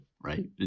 right